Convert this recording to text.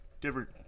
Different